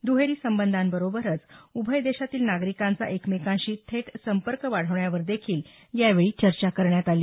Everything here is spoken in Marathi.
दुहेरी संबंधांबरोबरच उभय देशातील नागरिकांचा एकमेकांशी थेट संपर्क वाढवण्यावर देखील यावेळी चर्चा करण्यात आली